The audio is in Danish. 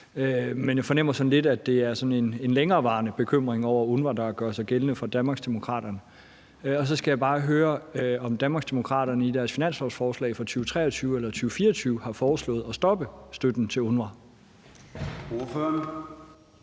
men jeg fornemmer sådan lidt, at det er en længerevarende bekymring over UNRWA, der gør sig gældende for Danmarksdemokraterne. Så skal jeg bare høre, om Danmarksdemokraterne i deres finanslovsforslag for 2023 eller 2024 har foreslået at stoppe støtten til UNRWA. Kl.